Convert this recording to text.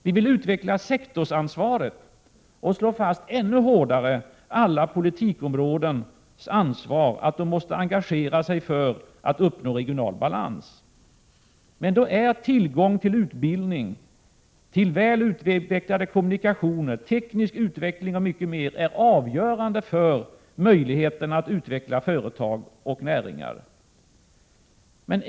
Vi vill utveckla sektorsansvaret och slå fast ännu hårdare alla politiska områdens ansvar att engagera sig för att nå regional balans. Då är tillgång till utbildning, till väl utvecklade kommunikationer och teknisk utveckling mycket mer avgörande för möjligheterna att utveckla företag och näringar.